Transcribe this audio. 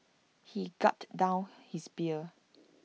he gulped down his beer